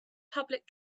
public